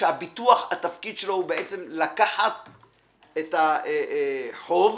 שהביטוח בעצם התפקיד שלו לקחת את החוב,